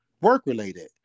work-related